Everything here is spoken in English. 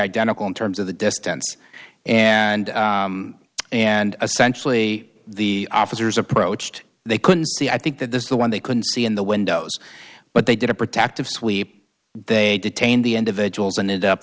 identical in terms of the distance and and essentially the officers approached they couldn't see i think that this is the one they couldn't see in the windows but they did a protective sweep they detained the individuals and